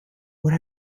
what